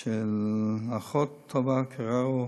של האחות טובה קררו,